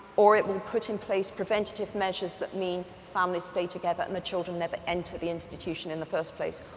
or it will put in place preventative measures that mean families stay together and the children never enter the institution in the first place.